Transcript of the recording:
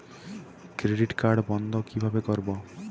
Credit card বন্ধ কিভাবে করবো?